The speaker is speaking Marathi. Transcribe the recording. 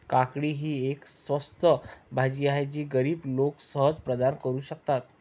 काकडी ही एक स्वस्त भाजी आहे जी गरीब लोक सहज प्रदान करू शकतात